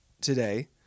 today